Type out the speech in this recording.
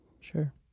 Sure